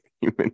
human